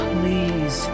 Please